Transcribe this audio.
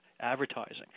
advertising